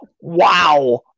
Wow